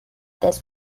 this